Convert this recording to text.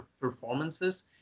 performances